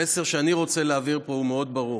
המסר שאני רוצה להעביר פה הוא מאוד ברור.